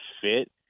fit